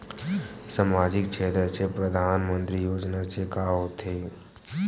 सामजिक क्षेत्र से परधानमंतरी योजना से का होथे?